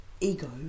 ego